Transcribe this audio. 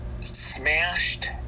smashed